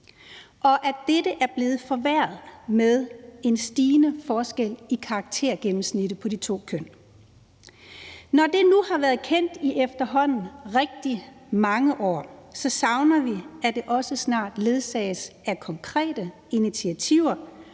og at dette er blevet forværret med en stigende forskel i karaktergennemsnittet på de to køn. Når det nu har været kendt i efterhånden rigtig mange år, savner vi, at det også snart ledsages af konkrete initiativer,